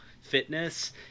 fitness